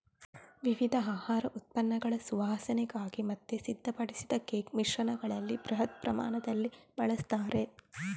ವಿವಿಧ ಆಹಾರ ಉತ್ಪನ್ನಗಳ ಸುವಾಸನೆಗಾಗಿ ಮತ್ತೆ ಸಿದ್ಧಪಡಿಸಿದ ಕೇಕ್ ಮಿಶ್ರಣಗಳಲ್ಲಿ ಬೃಹತ್ ಪ್ರಮಾಣದಲ್ಲಿ ಬಳಸ್ತಾರೆ